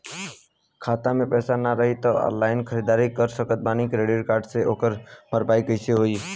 खाता में पैसा ना रही तबों ऑनलाइन ख़रीदारी कर सकत बानी क्रेडिट कार्ड से ओकर भरपाई कइसे होई?